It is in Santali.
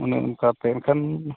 ᱚᱱᱮ ᱚᱱᱠᱟᱛᱮ ᱮᱱᱠᱷᱟᱱ